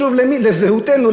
לשוב לזהותנו,